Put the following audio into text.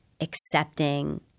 accepting